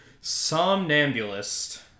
Somnambulist